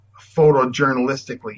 photojournalistically